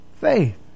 faith